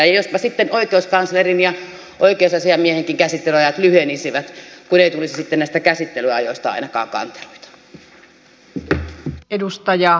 ja jospa sitten oikeuskanslerin ja oikeusasiamiehenkin käsittelyajat lyhenisivät kun ei tulisi sitten näistä käsittelyajoista ainakaan kanteluita